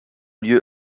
lieu